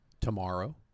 tomorrow